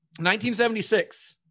1976